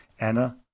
Anna